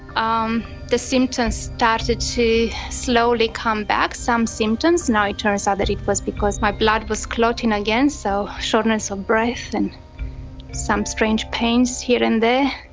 um the symptoms started to slowly come back, some symptoms. now it turns out that it was because my blood was clotting again, so shortness of breath and some strange pains here and there.